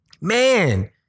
man